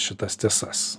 šitas tiesas